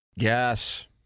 yes